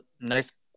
nice